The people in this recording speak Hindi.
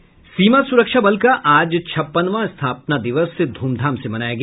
सीमा सुरक्षा बल का आज छप्पनवां स्थापना दिवस धूमधाम से मनाया गया